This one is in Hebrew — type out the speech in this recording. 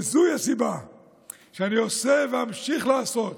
וזוהי הסיבה שאני עושה ואמשיך לעשות